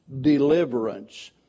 deliverance